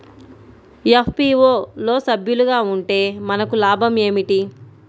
FPO లో సభ్యులుగా ఉంటే మనకు లాభం ఏమిటి?